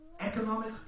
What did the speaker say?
Economic